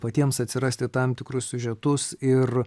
patiems atsirasti tam tikrus siužetus ir